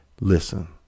Listen